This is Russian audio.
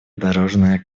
дорожная